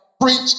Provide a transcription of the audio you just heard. preach